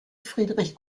friedrich